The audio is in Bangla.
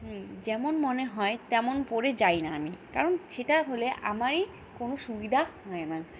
যেমন মনে হয় তেমন পড়ে যায় না আমি কারণ সেটা হলে আমারই কোনো সুবিদা হয় না